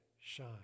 shine